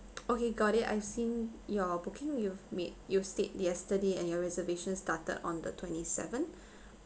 okay got it I've seen your booking you've made you've stayed yesterday and your reservation started on the twenty seven